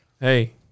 hey